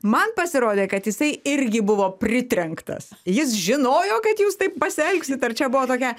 man pasirodė kad jisai irgi buvo pritrenktas jis žinojo kad jūs taip pasielgsit ar čia buvo tokia